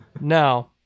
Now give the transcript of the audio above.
Now